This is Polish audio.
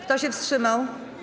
Kto się wstrzymał?